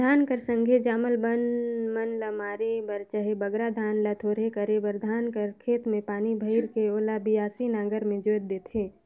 धान कर संघे जामल बन मन ल मारे बर चहे बगरा धान ल थोरहे करे बर धान कर खेत मे पानी भइर के ओला बियासी नांगर मे जोएत देथे